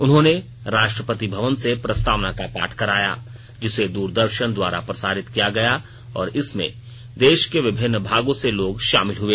उन्होंने राष्ट्रपति भवन से प्रस्तावना का पाठ कराया जिसे दरदर्शन द्वारा प्रसारित किया गया और इसमें देश के विभिन्न भागों से लोग शामिल हुए